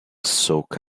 soak